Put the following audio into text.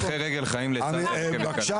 הולכי רגל חיים לצד הרכבת הקלה.